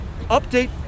update